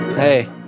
Hey